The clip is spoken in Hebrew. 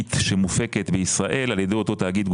הריבית שמופקת בישראל על ידי אותו תאגיד,